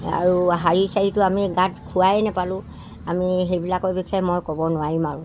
আৰু শাড়ী চাড়ীটো আমি গাত খোৱাই নাপালোঁ আমি সেইবিলাকৰ বিষয়ে মই ক'ব নোৱাৰিম আৰু